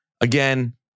again